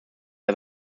mit